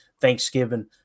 Thanksgiving